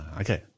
okay